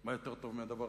מה יותר טוב מזה?